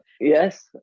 Yes